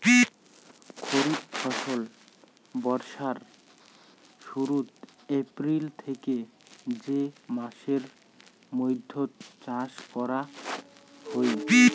খরিফ ফসল বর্ষার শুরুত, এপ্রিল থেকে মে মাসের মৈধ্যত চাষ করা হই